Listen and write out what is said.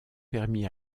permis